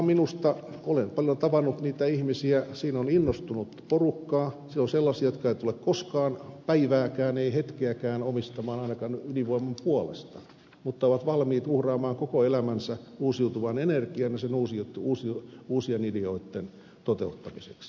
olen paljon tavannut niitä ihmisiä siinä on innostunutta porukkaa siellä on sellaisia jotka eivät tule koskaan päivääkään eivät hetkeäkään omistamaan aikaansa ainakaan ydinvoiman puolesta mutta ovat valmiit uhraamaan koko elämänsä uusiutuvan energian ja sen uusien ideoitten toteuttamiseksi